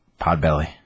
Podbelly